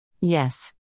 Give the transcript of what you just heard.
Yes